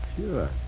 Sure